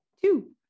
Two